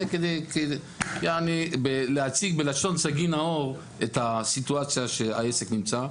זה כדי להציג בלשון סגי נהור את הסיטואציה שהעסק נמצא,